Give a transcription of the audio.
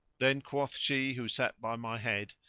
then quoth she who sat by my head,